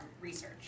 research